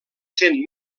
cent